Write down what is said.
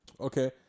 Okay